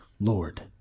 Lord